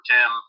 Tim